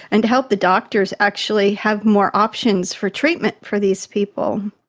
and to help the doctors actually have more options for treatment for these people.